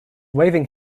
waving